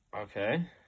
Okay